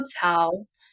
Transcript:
hotels